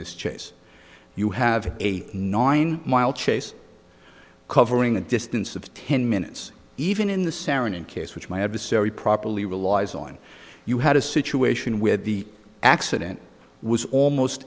this chase you have a nine mile chase covering a distance of ten minutes even in the serenade case which my adversary properly relies on you had a situation where the accident was almost